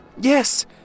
Yes